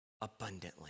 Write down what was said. Abundantly